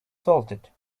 salted